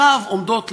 עכשיו עומדות לבוא,